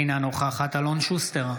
אינה נוכחת אלון שוסטר,